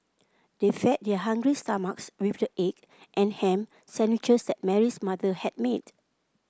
they fed their hungry stomachs with the egg and ham sandwiches that Mary's mother had made